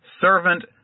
servant